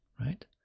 right